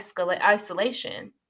isolation